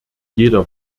jeder